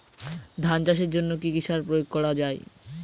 ধান চাষের জন্য কি কি সার প্রয়োগ করা য়ায়?